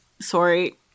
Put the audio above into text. Sorry